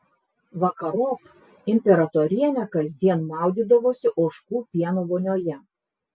vakarop imperatorienė kasdien maudydavosi ožkų pieno vonioje